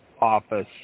office